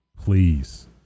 please